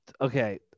okay